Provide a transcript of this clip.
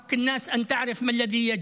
זכות הביטוי וזכות האנשים לדעת מה מתרחש,